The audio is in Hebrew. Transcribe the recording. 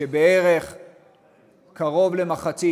קרוב למחצית,